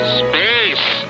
space